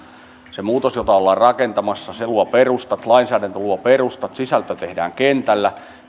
se muutos jota ollaan rakentamassa luo perustat lainsäädäntö luo perustat sisältö tehdään kentällä